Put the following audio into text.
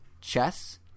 chess